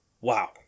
wow